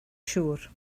siŵr